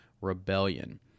rebellion